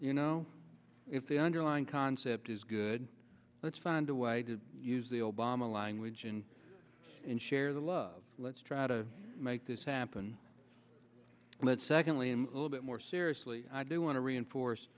you know if the underlying concept is good let's find a way to use the obama language and share the love let's try to make this happen let's secondly i'm a little bit more seriously i do want to reinforce